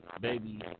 baby